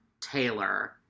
Taylor